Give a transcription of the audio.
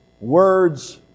words